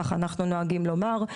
ככה אנחנו נוהגים לומר.